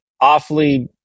awfully